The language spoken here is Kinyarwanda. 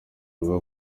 ubwo